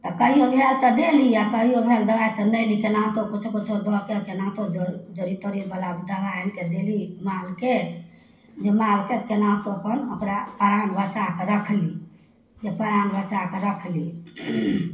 तऽ कहियो भेल तऽ देली आ कहियो भेल दबाइ तऽ नहि ने केनहुतो कुच्छो कुच्छो दऽ कऽ केनहुतो जड़ी तड़ी बला दबाइ आनिकऽ देली मालके जे मालके केनहू कऽ अपन परान बचाकऽ रखली जे परान बचा कए रखली